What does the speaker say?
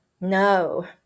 no